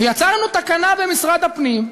ויצרנו תקנה במשרד הפנים,